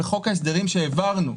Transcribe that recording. בחוק ההסדרים שהעברנו,